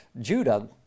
Judah